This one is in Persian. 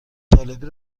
طالبی